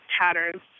patterns